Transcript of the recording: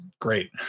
great